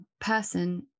person